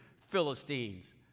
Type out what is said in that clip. Philistines